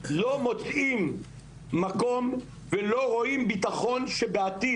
לא מוצאים מקום ולא רואים ביטחון שבעתיד,